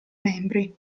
membri